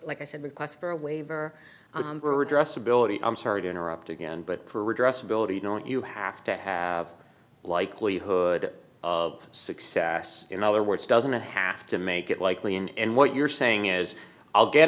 like i said requests for a waiver or addressability i'm sorry to interrupt again but for redress ability don't you have to have a likelihood of success in other words doesn't have to make it likely and what you're saying is i'll get